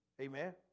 Amen